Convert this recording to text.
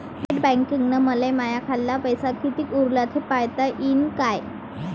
Net बँकिंगनं मले माह्या खाल्ल पैसा कितीक उरला थे पायता यीन काय?